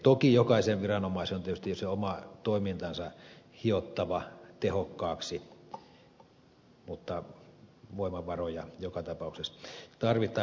toki jokaisen viranomaisen on tietysti se oma toimintansa hiottava tehokkaaksi mutta voimavaroja joka tapauksessa tarvitaan